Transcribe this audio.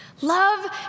love